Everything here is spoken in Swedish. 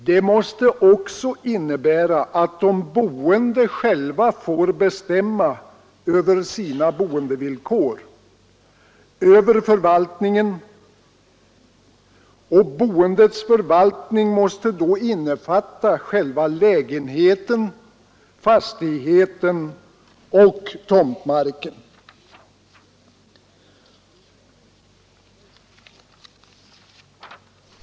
Det måste också innebära att de boende själva får bestämma över sina boendevillkor, över förvaltningen. Boendets förvaltning måste då innefatta själva lägenheten, fastigheten och tomtmarken.